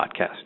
Podcast